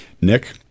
Nick